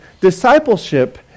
discipleship